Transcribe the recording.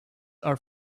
are